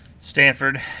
Stanford